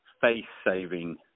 face-saving